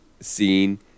scene